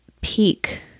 peak